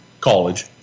college